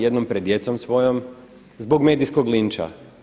Jednom pred djecom svojom zbog medijskog linča.